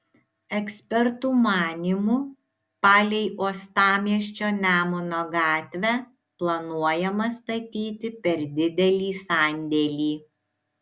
ekspertų manymu palei uostamiesčio nemuno gatvę planuojama statyti per didelį sandėlį